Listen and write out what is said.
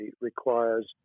requires